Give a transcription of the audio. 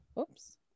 oops